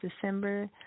December